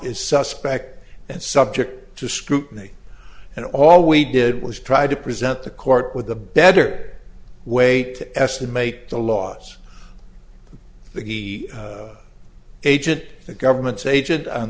is suspect and subject to scrutiny and all we did was try to present the court with a better way to estimate the laws the agent the government's agent on